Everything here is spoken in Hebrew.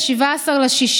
17 ביוני,